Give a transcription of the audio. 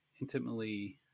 intimately